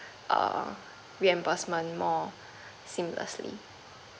err reimbursement more seamlessly